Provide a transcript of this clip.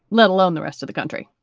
let alone the rest of the country,